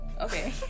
okay